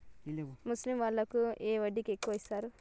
ముసలి వాళ్ళకు ఏ వడ్డీ ఎక్కువ ఇస్తారు?